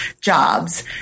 jobs